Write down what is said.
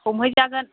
हमहैजागोन